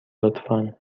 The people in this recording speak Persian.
لطفا